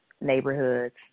neighborhoods